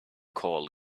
call